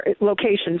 locations